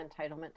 entitlement